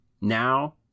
now